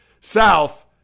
south